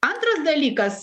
antras dalykas